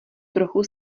trochu